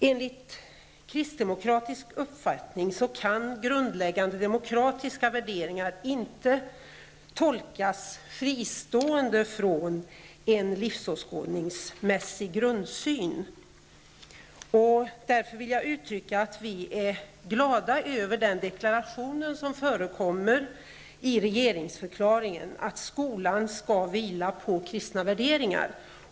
Enligt kristdemokratisk uppfattning kan grundläggande demokratiska värderingar inte tolkas fristående från en livsåskådningsmässig grundsyn. Därför vill jag säga att vi är glada över den deklaration som förekommer i regeringsförklaringen om att skolan skall vila på kristna värderingar.